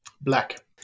Black